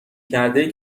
کرده